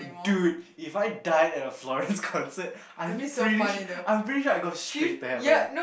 dude If I die at a Florence concert I'm pretty sure I'm pretty sure I go straight to heaven